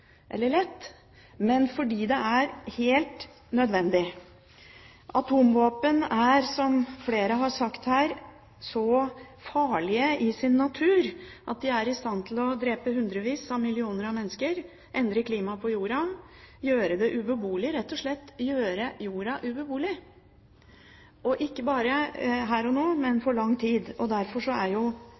eller lett, men fordi det er helt nødvendig. Atomvåpen er, som flere har sagt her, så farlige i sin natur at de er i stand til å drepe hundrevis av millioner av mennesker, endre klimaet på jorda, gjøre det ubeboelig – rett og slett gjøre jorda ubeboelig – ikke bare her og nå, men for lang tid. Derfor er